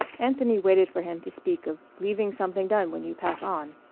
anthony waited for him to speak of leaving something done when you pass on.